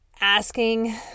asking